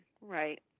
right